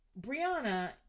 Brianna